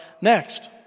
next